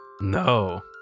No